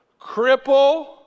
cripple